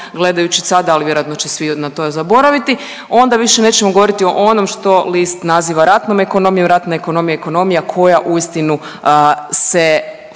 gledajući sada, ali vjerojatno će svi na to zaboraviti, onda više nećemo govoriti o onom što list naziva ratnom ekonomijom, ratna ekonomija je ekonomija koja uistinu se